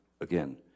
again